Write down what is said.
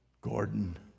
gordon